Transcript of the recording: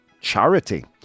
charity